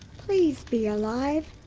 please be alive.